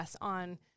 on